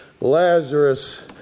Lazarus